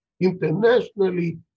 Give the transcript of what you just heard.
internationally